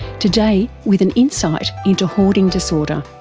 today with an insight into hoarding disorder.